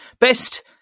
best